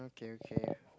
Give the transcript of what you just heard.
okay okay